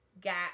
got